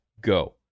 go